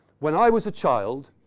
when i was a child,